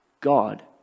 God